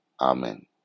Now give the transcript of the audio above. Amen